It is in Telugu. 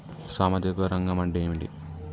సామాజిక రంగం అంటే ఏమిటి?